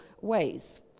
ways